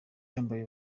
yambaye